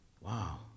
wow